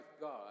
God